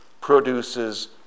produces